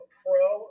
pro